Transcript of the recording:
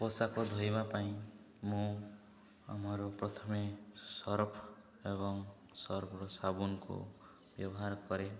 ପୋଷାକ ଧୋଇବା ପାଇଁ ମୁଁ ଆମର ପ୍ରଥମେ ସର୍ଫ ଏବଂ ସର୍ଫର ସାବୁନକୁ ବ୍ୟବହାର କରେ